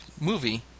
movie